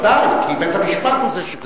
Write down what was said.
ודאי, כי בית-המשפט הוא זה שקובע.